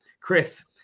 chris